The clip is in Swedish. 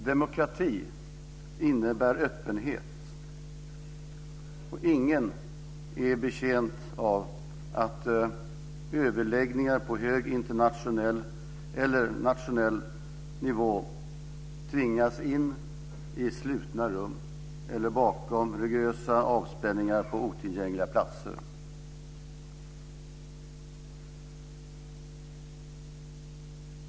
Demokrati innebär öppenhet, och ingen är betjänt av att överläggningar på hög internationell eller nationell nivå tvingas in i slutna rum eller bakom rigorösa avspärrningar och till otillgängliga platser.